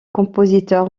compositeur